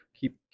keep